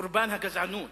קורבן הגזענות,